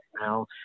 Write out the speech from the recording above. now